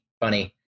funny